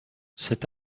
cet